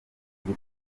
kuri